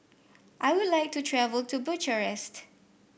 I would like to travel to Bucharest